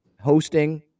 hosting